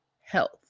health